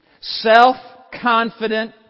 self-confident